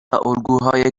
الگوهای